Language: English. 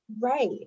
Right